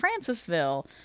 Francisville